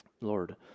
Lord